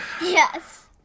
Yes